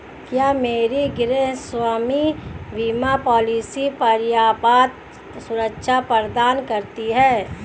क्या मेरी गृहस्वामी बीमा पॉलिसी पर्याप्त सुरक्षा प्रदान करती है?